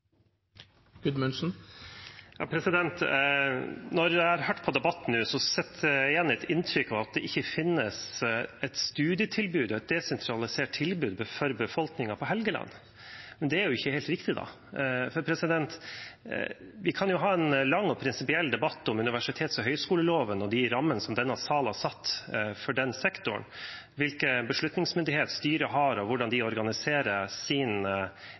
oppklare dette. Når jeg har hørt på debatten, sitter jeg igjen med et inntrykk av at det ikke finnes et desentralisert studietilbud for befolkningen på Helgeland. Men det er jo ikke helt riktig. Vi kan ha en lang og prinsipiell debatt om universitets- og høyskoleloven og de rammene denne salen har satt for den sektoren, hvilken beslutningsmyndighet styret har, og hvordan de organiserer sin